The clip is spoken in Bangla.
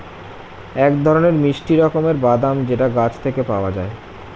এক ধরনের মিষ্টি রকমের বাদাম যেটা গাছ থেকে পাওয়া যায়